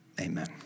Amen